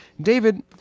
David